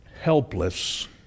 helpless